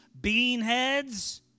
beanheads